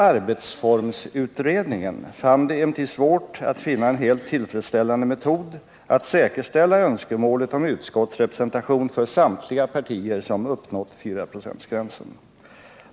arbetsformsutredningen fann det emellertid svårt att finna en helt tillfredsställande metod att säkerställa önskemålet om utskottsrepresentation för samtliga partier som uppnått 4-procentsgränsen.